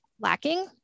lacking